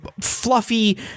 fluffy